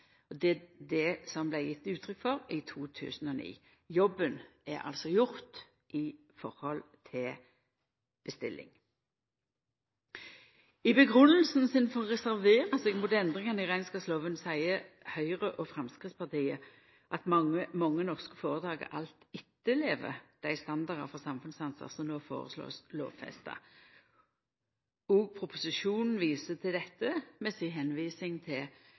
det ynsket Stortingets fleirtal gav uttrykk for i 2009. Jobben er altså gjort i forhold til bestilling. I grunngjevinga for å reservera seg mot endringane i rekneskapslova seier Høgre og Framstegspartiet at mange norske føretak alt etterlever dei standardar for samfunnsansvar som no blir føreslåtte lovfesta. Proposisjonen viser òg til dette med si tilvising til